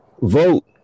Vote